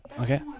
okay